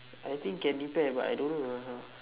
I think can repair but I don't know ah how